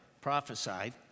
prophesied